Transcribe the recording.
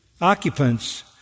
occupants